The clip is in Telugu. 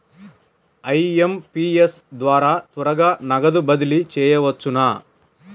ఐ.ఎం.పీ.ఎస్ ద్వారా త్వరగా నగదు బదిలీ చేయవచ్చునా?